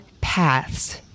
paths